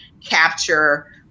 capture